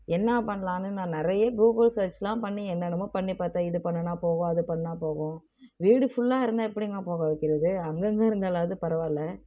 என்ன பண்ணலாம்னு நான் நிறைய கூகுள் ஸர்ச்லாம் பண்ணி என்னென்னமோ பண்ணி பார்த்தேன் இது பண்ணுனால் போகும் அது பண்ணுனால் போகும் வீடு ஃபுல்லாக இருந்தால் எப்படிங்க போக வைக்கிறது அங்கங்கே இருந்தாலாவது பரவாயில்ல